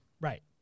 Right